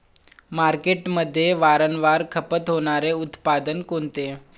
मार्केटमध्ये वारंवार खपत होणारे उत्पादन कोणते?